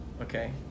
Okay